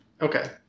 Okay